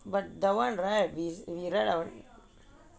but that [one] right is we write our